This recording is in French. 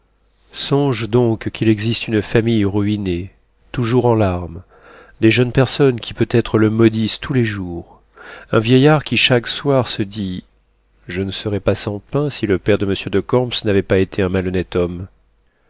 songe donc qu'il existe une famille ruinée toujours en larmes des jeunes personnes qui peut-être te maudissent tous les jours un vieillard qui chaque soir se dit je ne serais pas sans pain si le père de monsieur de camps n'avait pas été un malhonnête homme